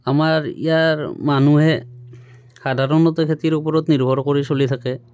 আমাৰ ইয়াৰ মানুহে সাধাৰণতে খেতিৰ ওপৰত নিৰ্ভৰ কৰি চলি থাকে